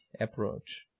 approach